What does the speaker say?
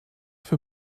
für